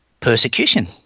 Persecution